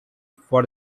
for